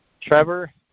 Trevor